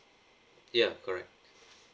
ya correct